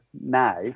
now